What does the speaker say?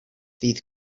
ddydd